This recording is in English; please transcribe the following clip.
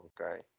Okay